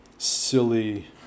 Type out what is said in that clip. silly